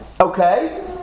Okay